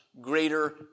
greater